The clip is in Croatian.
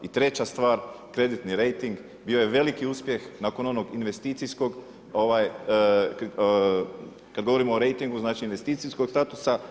I treća stvar, kreditni rejting bio je veliki uspjeh nakon onog investicijskog, kad govorimo o rejtingu, znači investicijskog statusa.